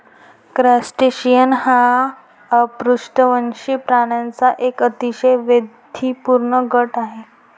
crustacean हा अपृष्ठवंशी प्राण्यांचा एक अतिशय वैविध्यपूर्ण गट आहे